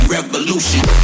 Revolution